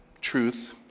truth